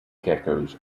geckos